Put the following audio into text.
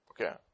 Okay